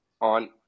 on